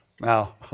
Now